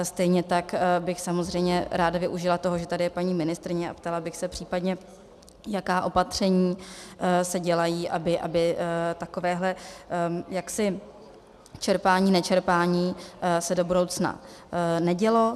Stejně tak bych samozřejmě ráda využila toho, že tady je paní ministryně, a zeptala bych se případně, jaká opatření se dělají, aby takovéhle čerpánínečerpání se do budoucna nedělo.